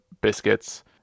biscuits